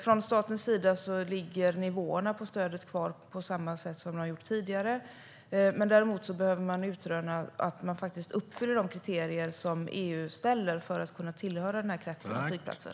Från statens sida ligger stödet kvar på samma nivåer som tidigare. Däremot behöver det utrönas att man faktiskt uppfyller EU:s kriterier för att kunna tillhöra denna krets av flygplatser.